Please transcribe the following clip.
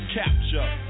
capture